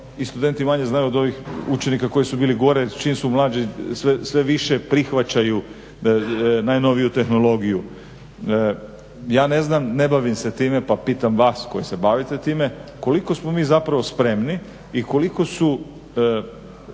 i studenti manje znaju od onih učenika koji su bili gore, čim su mlađi, sve više prihvaćaju najnoviju tehnologiju. Ja ne znam, ne bavim se time pa pitam vas koji se bavite time, koliko smo mi zapravo spremni i koliko su